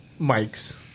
mics